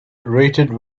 rated